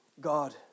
God